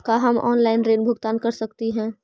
का हम आनलाइन ऋण भुगतान कर सकते हैं?